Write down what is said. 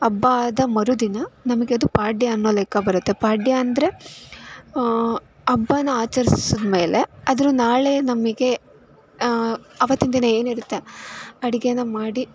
ಹಬ್ಬ ಆದ ಮರುದಿನ ನಮಗೆ ಅದು ಪಾಡ್ಯ ಅನ್ನೋ ಲೆಕ್ಕ ಬರುತ್ತೆ ಪಾಡ್ಯ ಅಂದರೆ ಹಬ್ಬವೂ ಆಚರ್ಸಿದ್ಮೇಲೆ ಅದ್ರ ನಾಳೆ ನಮಗೆ ಅವತ್ತಿನ ದಿನ ಏನಿರುತ್ತೆ ಅಡುಗೆನ ಮಾಡಿ